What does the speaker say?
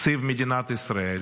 תקציב מדינת ישראל